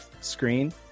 screen